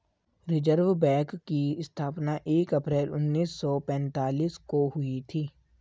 reserve bank की स्थापना एक अप्रैल उन्नीस सौ पेंतीस को हुई थी